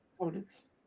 opponents